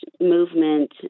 movement